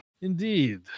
Indeed